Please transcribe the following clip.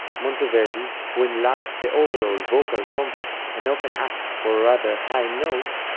monteverdi, who enlarged the overall vocal compass and often asked for rather high notes,